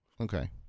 Okay